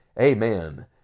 amen